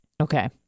okay